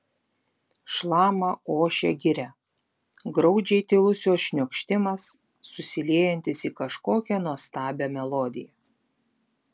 šlama ošia giria graudžiai tylus jos šniokštimas susiliejantis į kažkokią nuostabią melodiją